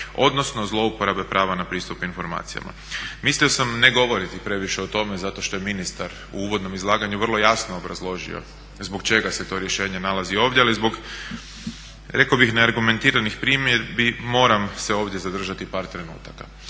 odnosno zlouporabe prava na pristup informacijama. Mislio sam ne govoriti previše o tome zato što je ministar u uvodnom izlaganju vrlo jasno obrazložio zbog čega se to rješenje nalazi ovdje ali zbog rekao bih neargumentiranih primjedbi moram se ovdje zadržati par trenutaka.